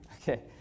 okay